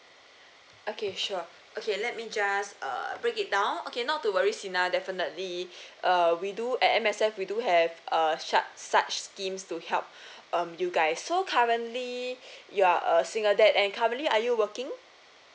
okay sure okay let me just uh break it down okay not to worry Sina definitely uh we do at M_S_F we do have uh sharp such schemes to help um you guys so currently you are a single dad and currently are you working